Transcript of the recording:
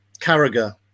Carragher